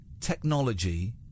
technology